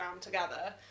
together